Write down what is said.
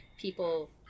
people